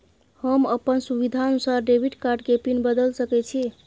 हम अपन सुविधानुसार डेबिट कार्ड के पिन बदल सके छि?